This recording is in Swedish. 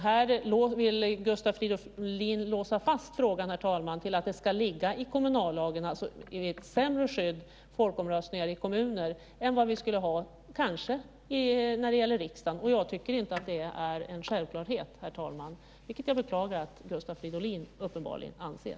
Här vill Gustav Fridolin låsa fast frågan till att det ska ligga i kommunallagen, vilket ger ett sämre skydd för folkomröstning i kommuner än vad vi kanske skulle ha när det gäller riksdagen. Jag tycker inte att det är en självklarhet, herr talman, vilket jag beklagar att Gustav Fridolin uppenbarligen anser.